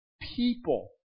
people